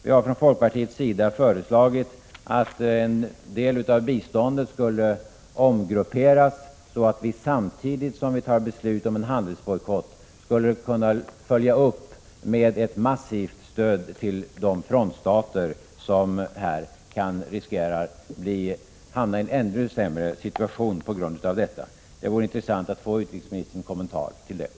Vi har från folkpartiets sida föreslagit att en del av biståndet skall omgrupperas, så att vi samtidigt som vi fattar beslut om en handelsbojkott kan följa upp med ett massivt stöd till de frontstater som riskerar att hamna i en ännu sämre situation på grund av bojkotten. Det vore intressant att få utrikesministerns kommentar till detta.